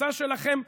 התפיסה שלכם היא: